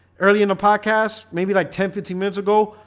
early in the podcast maybe like ten fifteen minutes ago,